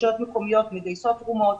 רשויות מקומיות מגייסות תרומות.